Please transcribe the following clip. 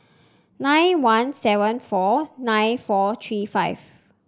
nine one seven four nine four three five